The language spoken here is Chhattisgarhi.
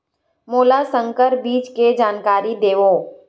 मोला संकर बीज के जानकारी देवो?